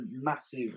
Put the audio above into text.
massive